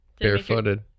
Barefooted